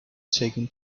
taken